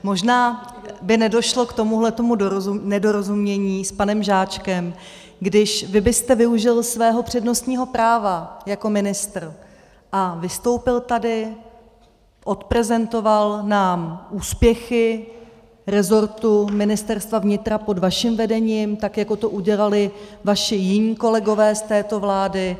Možná by nedošlo k tomuhle nedorozumění s panem Žáčkem, kdybyste využil svého přednostního práva jako ministr a vystoupil tady, odprezentoval nám úspěchy resortu Ministerstva vnitra pod vaším vedením, tak jako to udělali vaši jiní kolegové z této vlády.